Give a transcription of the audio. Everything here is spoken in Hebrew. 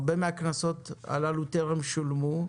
הרבה מהקנסות הללו טרם שולמו.